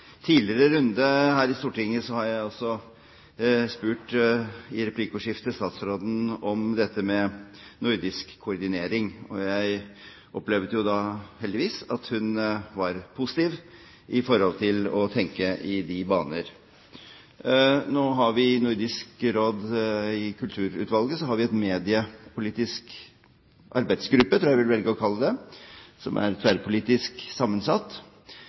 tidligere runde her i Stortinget i replikkordskifte spurt statsråden om dette med nordisk koordinering. Jeg opplevde jo da heldigvis at hun var positiv i forhold til å tenke i de baner. Nå har vi i kulturutvalget i Nordisk Råd en mediepolitisk arbeidsgruppe – tror jeg jeg vil velge å kalle det – som er tverrpolitisk sammensatt.